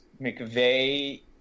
McVeigh